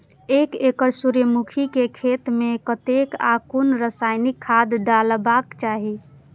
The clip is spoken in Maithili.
एक एकड़ सूर्यमुखी केय खेत मेय कतेक आ कुन रासायनिक खाद डलबाक चाहि?